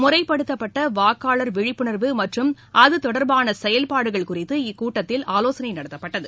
முறைப்படுத்தப்பட்ட வாக்காளர் விழிப்புணர்வு மற்றும் அது தொடர்பான செயல்பாடுகள் குறித்து இந்த கூட்டத்தில் ஆலோசனை நடத்தப்பட்டது